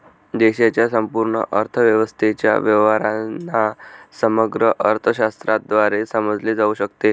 देशाच्या संपूर्ण अर्थव्यवस्थेच्या व्यवहारांना समग्र अर्थशास्त्राद्वारे समजले जाऊ शकते